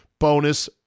Bonus